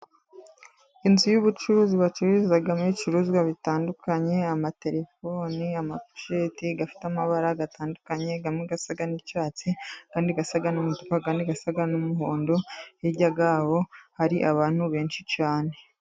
Inzu y'ubucuruzi bacururizamo ibicuruzwa bitandukanye, amaterefoni, amaposheti afite amabara atandukanye, aba asa n'icyatsi, andi asa n'umutuku, andi asa n'umuhondo. Hirya yaho hari abantu benshi cyane.